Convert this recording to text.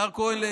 השר כהן,